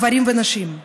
גברים ונשים.